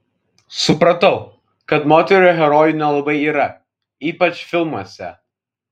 supratau kad moterų herojų nelabai yra ypač filmuose